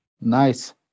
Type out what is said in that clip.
Nice